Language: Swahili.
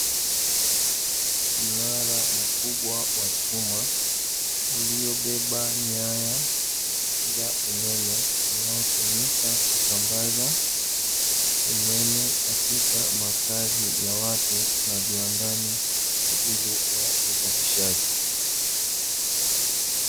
Mnara mkubwa wa chuma uliobeba nyaya za umeme unaotumika kusambaza umeme katika makazi ya watu na viwandani kwa ajili ya uzalishaji.